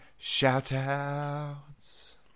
shoutouts